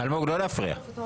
אלמוג, לא להפריע.